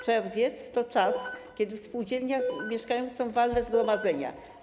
Czerwiec to czas, kiedy w spółdzielniach mieszkaniowych są walne zgromadzenia.